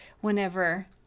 whenever